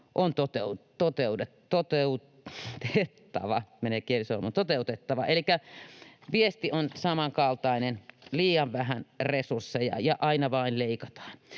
on toteutettava. Elikkä viesti on samankaltainen: liian vähän resursseja, ja aina vain leikataan.